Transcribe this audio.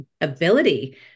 ability